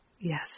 Yes